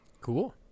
Cool